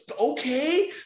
Okay